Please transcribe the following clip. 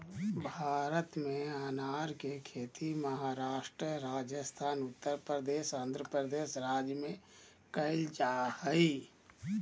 भारत में अनार के खेती महाराष्ट्र, राजस्थान, उत्तरप्रदेश, आंध्रप्रदेश राज्य में कैल जा हई